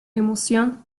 emoción